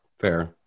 fair